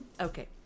Okay